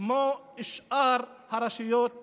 שאר הרשויות בנגב.